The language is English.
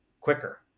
quicker